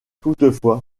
toutefois